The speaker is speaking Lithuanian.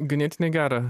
ganėtinai gerą